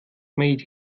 mate